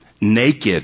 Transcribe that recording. naked